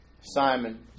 Simon